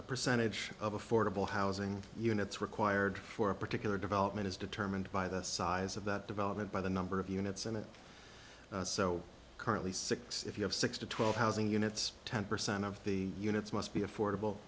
the percentage of affordable housing units required for a particular development is determined by the size of that development by the number of units and it so currently six if you have six to twelve housing units ten percent of the units must be affordable